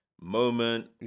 moment